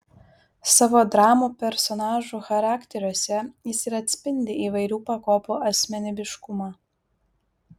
savo dramų personažų charakteriuose jis ir atspindi įvairių pakopų asmenybiškumą